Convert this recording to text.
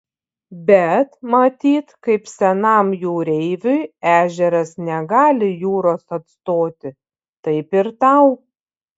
bet matyt kaip senam jūreiviui ežeras negali jūros atstoti taip ir tau